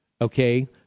okay